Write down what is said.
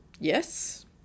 yes